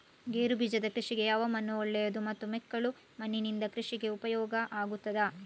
ಗೇರುಬೀಜದ ಕೃಷಿಗೆ ಯಾವ ಮಣ್ಣು ಒಳ್ಳೆಯದು ಮತ್ತು ಮೆಕ್ಕಲು ಮಣ್ಣಿನಿಂದ ಕೃಷಿಗೆ ಉಪಯೋಗ ಆಗುತ್ತದಾ?